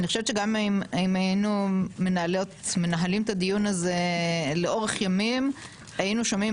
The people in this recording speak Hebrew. אני חושבת שגם אם היינו מנהלים את הדיון הזה לאורך ימים היינו שומעים